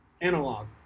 analog